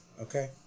okay